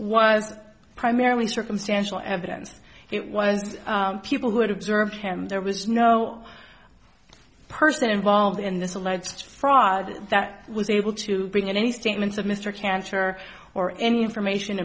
was primarily circumstantial evidence it was people who had observed him there was no person involved in this alleged fraud that was able to bring in any statements of mr chancellor or any information